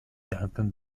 duncan